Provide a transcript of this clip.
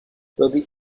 though